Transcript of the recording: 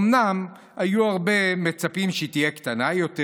אומנם הרבה שמצפים שהיא תהיה קטנה יותר,